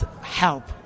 help